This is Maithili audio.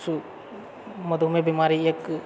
शु मधुमेह बीमारी एक